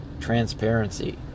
transparency